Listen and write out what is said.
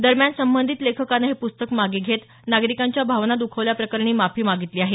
दरम्यान संबंधित लेखकानं हे पुस्तक मागे घेत नागरिकांच्या भावना दुखावल्या प्रकरणी माफी मागितली आहे